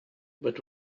but